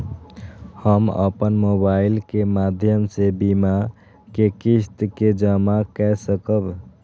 हम अपन मोबाइल के माध्यम से बीमा के किस्त के जमा कै सकब?